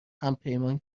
همپیمان